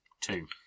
Two